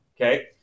okay